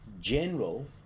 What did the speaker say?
general